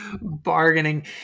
Bargaining